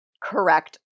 correct